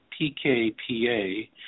PKPA